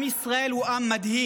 עם ישראל הוא עם מדהים,